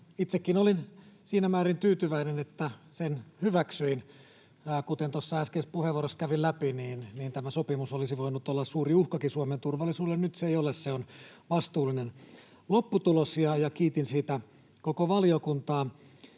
itsekin olin siinä määrin tyytyväinen, että sen hyväksyin. Kuten tuossa äskeisessä puheenvuorossa kävin läpi, tämä sopimus olisi voinut olla suuri uhkakin Suomen turvallisuudelle, ja nyt se ei ole. Se on vastuullinen lopputulos, ja kiitin siitä koko valiokuntaa.